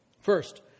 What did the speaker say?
First